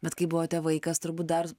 bet kai buvote vaikas turbūt dar